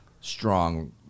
strong